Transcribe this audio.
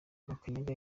makanyaga